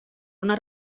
una